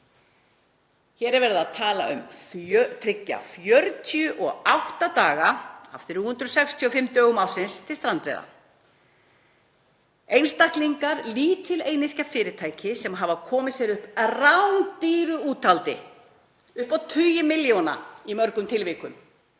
Hér er verið að tala um að tryggja 48 daga af 365 dögum ársins til strandveiða. Einstaklingar, lítil einyrkjafyrirtæki, hafa komið sér upp rándýru úthaldi upp á tugi milljóna í mörgum tilvikum